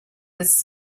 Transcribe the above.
this